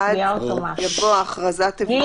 עד הסוף, יבוא: "ההכרזה תבוטל לאלתר".